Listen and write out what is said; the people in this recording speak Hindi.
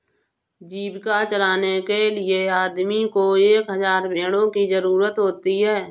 जीविका चलाने के लिए आदमी को एक हज़ार भेड़ों की जरूरत होती है